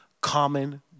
common